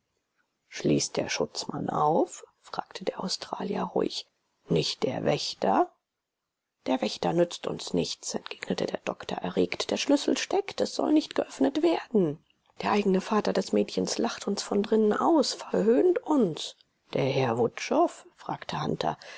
schließt der schutzmann auf fragte der australier ruhig nicht der wächter der wächter nützt uns nichts entgegnete der doktor erregt der schlüssel steckt es soll nicht geöffnet werden der eigene vater des mädchens lacht uns von drinnen aus verhöhnt uns der herr wutschow fragte hunter